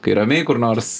kai ramiai kur nors